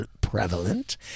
prevalent